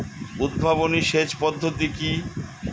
উদ্ভাবনী সেচ পদ্ধতি কি?